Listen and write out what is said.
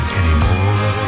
anymore